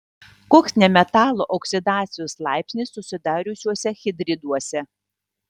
koks nemetalų oksidacijos laipsnis susidariusiuose hidriduose